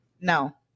No